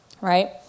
right